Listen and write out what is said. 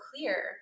clear